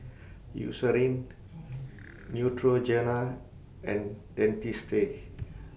Eucerin Neutrogena and Dentiste